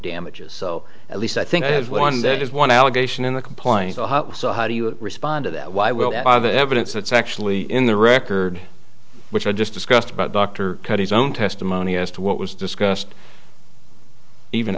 damages so at least i think i have one that is one allegation in the complaint so how do you respond to that why will i have evidence that's actually in the record which i just discussed about dr cut his own testimony as to what was discussed even